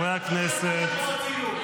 לא אנחנו רצינו את זה.